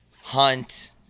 hunt